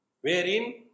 wherein